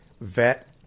vet